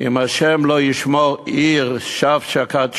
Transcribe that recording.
"אם ה' לא ישמֹר עיר, שוא שקד שומר".